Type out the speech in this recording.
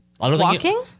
Walking